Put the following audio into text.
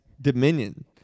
Dominion